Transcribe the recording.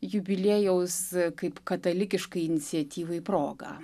jubiliejaus kaip katalikiškai iniciatyvai progą